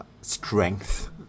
strength